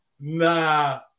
Nah